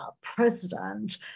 president